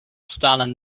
stalen